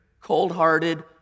cold-hearted